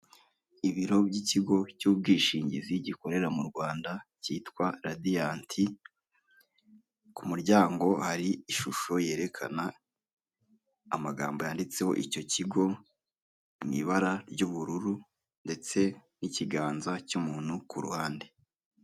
Ibiro by'ikigo cy'ubwishingizi gikorera mu Rwanda cyitwa radiyanti ku muryango hari ishusho yerekana amagambo yanditseho icyo kigo mu ibara ry'ubururu ndetse ikiganza cy'umuntu ku ruhande.